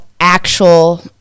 actual